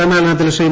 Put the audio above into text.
സമ്മേളനത്തിൽ ിശ്രീ